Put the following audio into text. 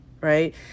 right